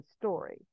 story